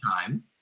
time